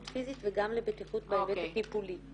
פיזית וגם לבטיחות בהיבט הטיפולי.